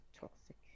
toxic